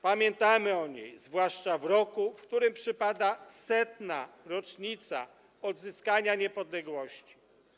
Pamiętamy o niej, zwłaszcza w roku, w którym przypada 100. rocznica odzyskania niepodległości.